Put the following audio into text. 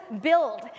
build